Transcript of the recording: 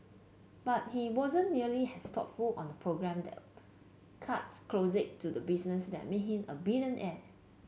but he wasn't nearly as thoughtful on the problem that cuts closest to the business that's made him a billionaire